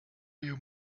you